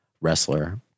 wrestler